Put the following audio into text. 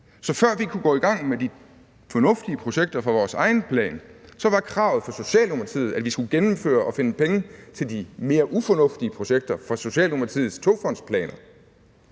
Så før vi kunne gå i gang med de fornuftige projekter fra vores egen plan, var kravet for Socialdemokratiet, at vi skulle gennemføre og finde penge til de mere ufornuftige projekter fra Socialdemokratiets togfondsplaner.